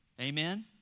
Amen